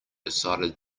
decided